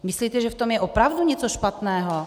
Myslíte, že v tom je opravdu něco špatného?